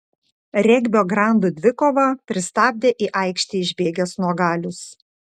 regbio grandų dvikovą pristabdė į aikštę išbėgęs nuogalius